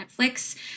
Netflix